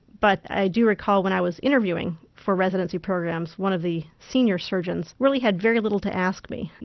but i do recall when i was interviewing for residency programs, one of the senior surgeons really had very little to ask me.